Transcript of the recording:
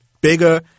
bigger